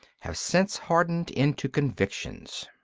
have since hardened into convictions.